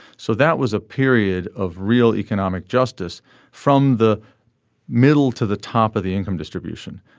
so that was a period of real economic justice from the middle to the top of the income distribution.